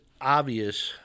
obvious